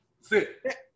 Sit